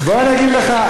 בוא אני אגיד לך,